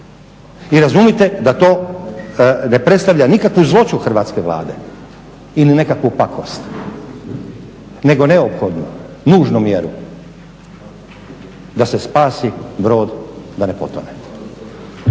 i razumite da to ne predstavlja nikakvu zloću hrvatske Vlade ili nekakvu pakost nego neophodnu, nužnu mjeru da se spasi brod da ne potone.